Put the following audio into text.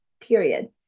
period